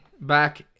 back